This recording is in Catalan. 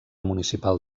municipal